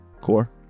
core